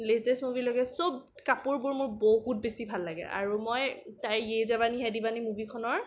latest মুভিলৈকে চব কাপোৰবোৰ মোৰ বহুত বেছি ভাল লাগে আৰু মই তাইৰ য়ে জৱানী হে দিৱানী মুভিখনৰ